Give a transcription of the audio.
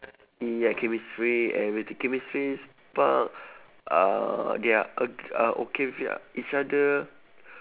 ya chemistry and okay chemistry spark uh they're o~ uh okay with ya each other